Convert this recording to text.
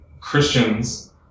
christians